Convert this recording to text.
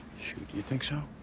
shoot, you think so?